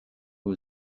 who